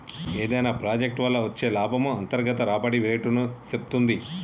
ఏదైనా ప్రాజెక్ట్ వల్ల వచ్చే లాభము అంతర్గత రాబడి రేటుని సేప్తుంది